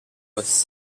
was